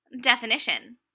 Definition